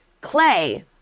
Clay